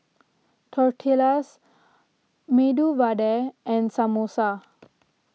Tortillas Medu Vada and Samosa